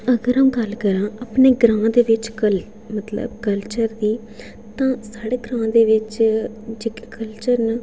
अगर अं'ऊ गल्ल करां मतलब अपने ग्रांऽ कल्चर दी ते साढ़े ग्रांऽ बिच जेह्ड़े कल्चर न